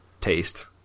taste